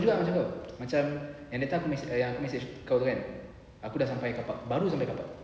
sama juga macam kau macam yang that time aku message yang aku message kau kan aku dah sampai carpark baru sampai carpark